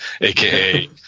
aka